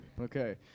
Okay